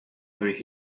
every